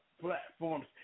platforms